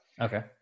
Okay